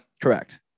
correct